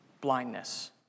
blindness